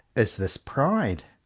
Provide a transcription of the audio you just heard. is this pride?